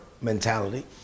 mentality